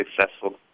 successful